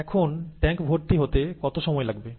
এখন ট্যাংক ভর্তি হতে কত সময় লাগবে